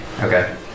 Okay